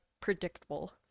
predictable